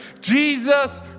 Jesus